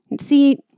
see